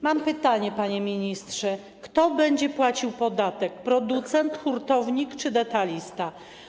Mam pytanie, panie ministrze: Kto będzie płacił podatek: producent, hurtownik czy detalista?